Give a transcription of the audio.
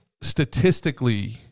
statistically